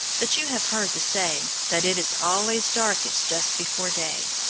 but you have heard the saying that it is always darkest just before day.